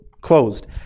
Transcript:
closed